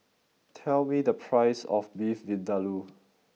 tell me the price of Beef Vindaloo